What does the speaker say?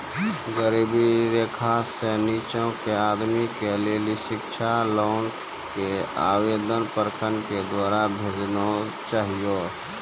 गरीबी रेखा से नीचे के आदमी के लेली शिक्षा लोन के आवेदन प्रखंड के द्वारा भेजना चाहियौ?